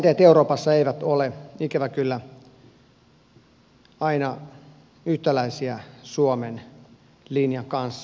asenteet euroopassa eivät ole ikävä kyllä aina yhtäläisiä suomen linjan kanssa